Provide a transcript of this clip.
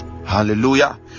hallelujah